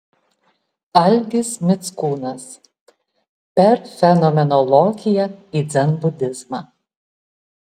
algis mickūnas per fenomenologiją į dzenbudizmą